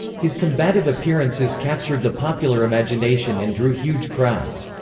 his combative appearances captured the popular imagination and drew huge crowds.